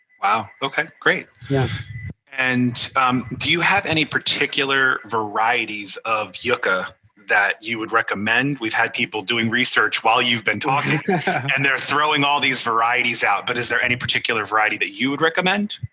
wow! ok, great! yeah and do you have any particular varieties of yuca that you would recommend? we've had people doing research while you've been talking and they're throwing all these varieties out but is there any particular variety that you would recommend?